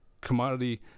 commodity